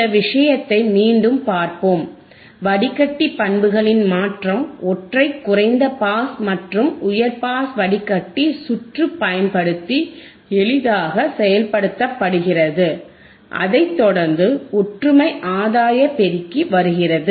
இந்த விஷயத்தை மீண்டும் பார்ப்போம் வடிகட்டி பண்புகளின் மாற்றம் ஒற்றை குறைந்த பாஸ் மற்றும் உயர் பாஸ் வடிகட்டி சுற்று பயன்படுத்தி எளிதாக செயல்படுத்தப்படுகிறது அதைத் தொடர்ந்து ஒற்றுமை ஆதாய பெருக்கி வருகிறது